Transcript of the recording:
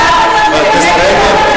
את צבועה,